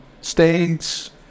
states